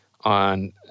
on